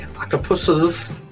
octopuses